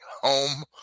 home